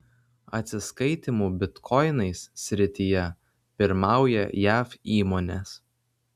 atsiskaitymų bitkoinais srityje pirmauja jav įmonės